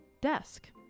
desk